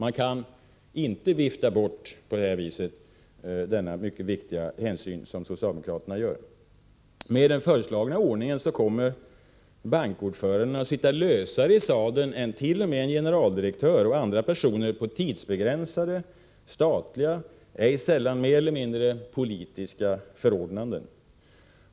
Man kan inte på detta sätt vifta bort denna mycket viktiga hänsyn, som socialdemokraterna gör. Med den föreslagna ordningen kommer bankordförandena att sitta lösare i sadeln än t.o.m. en generaldirektör och andra personer på tidsbegränsade, statliga, ej sällan mer eller mindre politiska förordnanden.